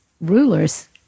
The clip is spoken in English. rulers